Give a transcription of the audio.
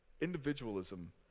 individualism